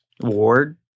Ward